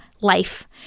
life